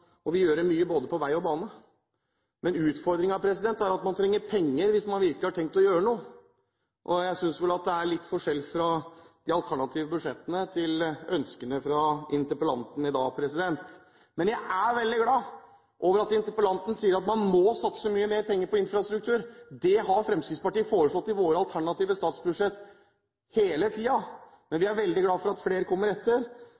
og vil gjøre mye på både vei og bane. Men utfordringen er at man trenger penger hvis man virkelig har tenkt å gjøre noe, og jeg synes vel at det er litt forskjell mellom de alternative budsjettene og ønskene til interpellanten i dag. Jeg er veldig glad for at interpellanten sier at man må satse mye mer penger på infrastruktur. Det har vi i Fremskrittspartiet foreslått i våre alternative statsbudsjett hele tiden, men vi er veldig glad for at flere kommer etter.